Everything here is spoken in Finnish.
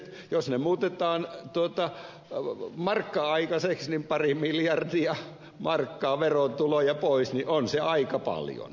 jos ne muutetaan markka aikaiseksi niin pari miljardia markkaa verotuloja pois on se aika paljon